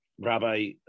Rabbi